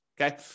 Okay